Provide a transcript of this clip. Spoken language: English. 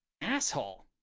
Asshole